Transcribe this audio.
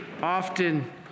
often